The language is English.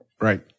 Right